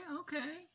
okay